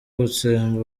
gutsemba